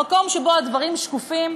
במקום שבו הדברים שקופים,